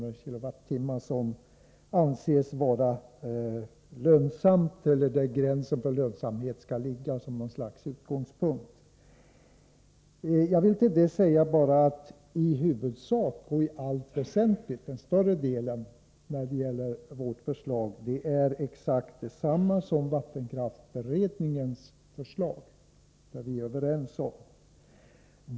per kilowattimme som anses vara lönsamt, eller där gränsen för lönsamhet skall ligga som något slags utgångspunkt. Jag vill till detta bara säga att vårt förslag i huvudsak och i allt väsentligt innebär exakt detsamma som vattenkraftsberedningens förslag. Det är vi överens om.